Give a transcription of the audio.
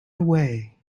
away